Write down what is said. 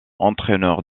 entraineur